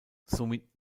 somit